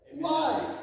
life